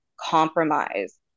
compromise